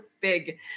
big